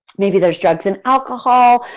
maybe there is drugs and alcohol,